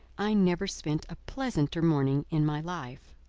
i never spent a pleasanter morning in my life.